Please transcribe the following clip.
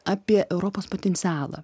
apie europos potencialą